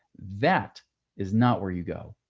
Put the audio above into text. that is not where you go.